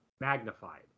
magnified